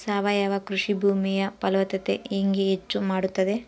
ಸಾವಯವ ಕೃಷಿ ಭೂಮಿಯ ಫಲವತ್ತತೆ ಹೆಂಗೆ ಹೆಚ್ಚು ಮಾಡುತ್ತದೆ?